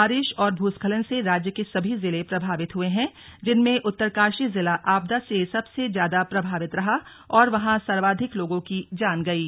बारिश और भूस्खलन से राज्य के सभी जिले प्रभावित हुए हैं जिनमें उत्तरकाशी जिला आपदा से सबसे ज्यादा प्रभावित रहा और वहां सर्वाधिक लोगों की जान गयी